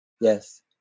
Yes